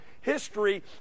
history